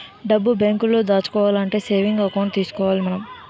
డబ్బు బేంకులో దాచుకోవాలంటే సేవింగ్స్ ఎకౌంట్ తీసుకోవాలి మనం